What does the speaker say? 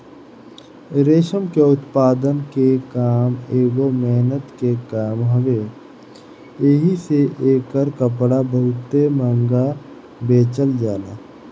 रेशम के उत्पादन के काम एगो मेहनत के काम हवे एही से एकर कपड़ा बहुते महंग बेचल जाला